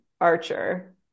archer